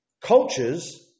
cultures